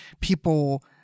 people